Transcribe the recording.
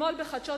אתמול בחדשות,